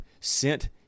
sent